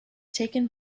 taken